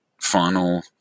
final